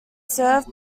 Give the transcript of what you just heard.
served